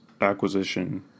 acquisition